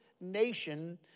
nation